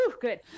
Good